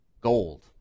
gold